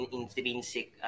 intrinsic